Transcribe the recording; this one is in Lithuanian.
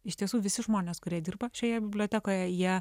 iš tiesų visi žmonės kurie dirba šioje bibliotekoje jie